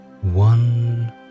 One